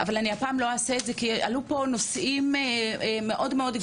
אבל הפעם אני לא אעשה את זה כי עלו פה נושאים מאוד גדולים,